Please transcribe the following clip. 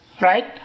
right